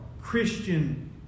Christian